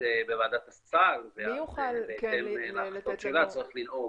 בוועדת הסל ובהתאם להחלטות שלה צריך לנהוג.